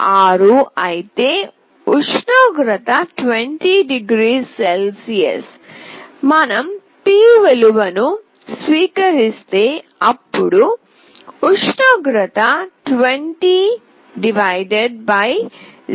06 అయితే ఉష్ణోగ్రత 20 0 c మనం P విలువను స్వీకరిస్తే అప్పుడు ఉష్ణోగ్రత 20 0